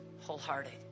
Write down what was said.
wholehearted